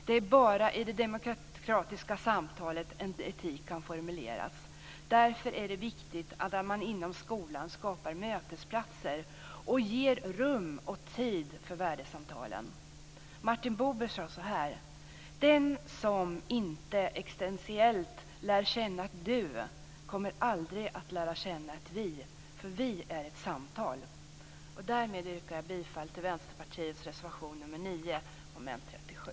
Det är bara i det demokratiska samtalet som en etik kan formuleras. Därför är det viktigt att man inom skolan skapar mötesplatser och ger rum och tid för värdesamtalen. Martin Buber sade så här: Den som inte existentiellt lär känna ett du kommer aldrig att lära känna ett vi. Vi är ett samtal! Därmed yrkar jag bifall till Vänsterpartiets reservation nr 9 under mom. 37.